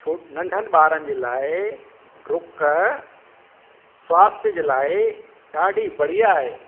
छो नंढनि ॿारनि जे लाइ डुक स्वास्थ्य जे लाइ ॾाढी बढ़िया आहे